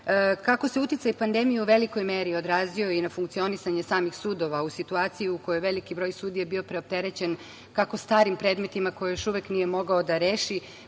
se uticaj pandemije u velikoj meri odrazio i na funkcionisanje samih sudova, a u situaciji u kojoj je veliki broj sudija bio preopterećen kako starim predmetima koje još uvek nije mogao da reši,